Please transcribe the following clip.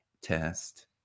test